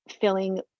feeling